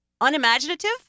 unimaginative